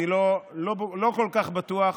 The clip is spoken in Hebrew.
אני לא כל כך בטוח,